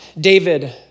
David